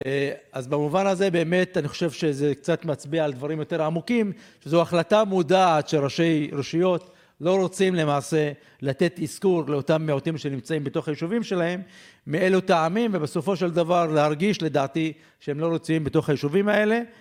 אז במובן הזה, באמת, אני חושב שזה קצת מצביע על דברים יותר עמוקים, שזו החלטה מודעת שראשי רשיות לא רוצים למעשה לתת אזכור לאותם מיעוטים שנמצאים בתוך היישובים שלהם, מאלו טעמים, ובסופו של דבר להרגיש, לדעתי, שהם לא רוצים בתוך היישובים האלה.